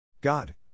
God